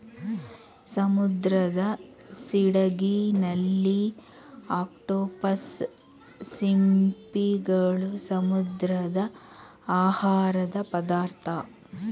ಸಮುದ್ರದ ಸಿಗಡಿ, ನಳ್ಳಿ, ಅಕ್ಟೋಪಸ್, ಸಿಂಪಿಗಳು, ಸಮುದ್ರದ ಆಹಾರದ ಪದಾರ್ಥ